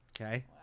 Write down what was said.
Okay